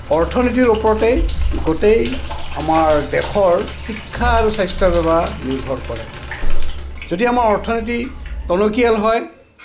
অৰ্থনীতিৰ ওপৰতেই গোটেই আমাৰ দেশৰ শিক্ষা আৰু স্বাস্থ্যসেৱা নিৰ্ভৰ কৰে যদি আমাৰ অৰ্থনীতি টনকীয়াল হয়